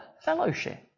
Fellowship